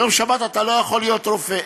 בשבת אתה לא יכול להיות רופא.